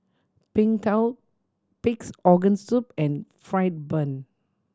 Png Tao Pig's Organ Soup and fried bun